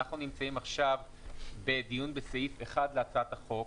אנחנו נמצאים עכשיו בדיון בסעיף 1 להצעת החוק,